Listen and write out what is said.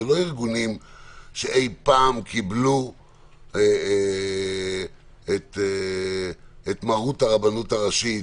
אלה לא ארגונים שאי פעם קיבלו את מהות הרבנות הראשית,